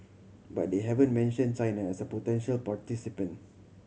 but they haven't mention China as a potential participant